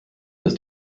ist